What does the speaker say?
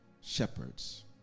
shepherds